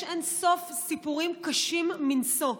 יש אין-סוף סיפורים קשים מנשוא.